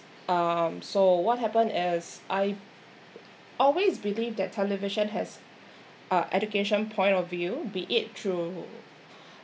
um so what happened is I always believe that television has uh education point of view be it through